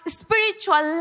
spiritual